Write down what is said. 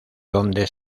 dónde